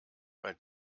weil